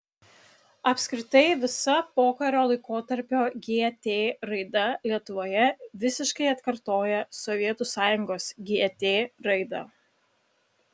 apskritai visa pokario laikotarpio gt raida lietuvoje visiškai atkartoja sovietų sąjungos gt raidą